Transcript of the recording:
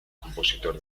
compositor